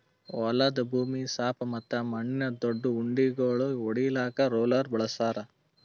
ಹೊಲದ ಭೂಮಿ ಸಾಪ್ ಮತ್ತ ಮಣ್ಣಿನ ದೊಡ್ಡು ಉಂಡಿಗೋಳು ಒಡಿಲಾಕ್ ರೋಲರ್ ಬಳಸ್ತಾರ್